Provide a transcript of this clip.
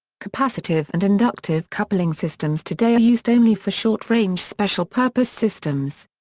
capacitive and inductive coupling systems today are used only for short-range special purpose systems.